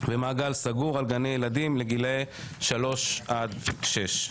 במעגל סגור על גני ילדים בגילאי שלוש עד שש.